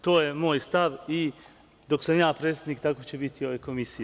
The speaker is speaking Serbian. To je moj stav i dok sam ja predsednik, tako će biti ove Komisije.